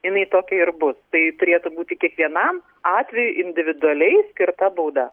jinai tokia ir bus tai turėtų būti kiekvienam atvejui individualiai skirta bauda